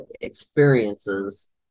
experiences